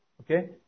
Okay